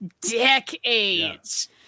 decades